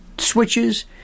switches